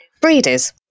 breeders